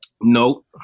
Nope